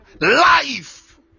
life